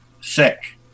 sick